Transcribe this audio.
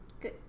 good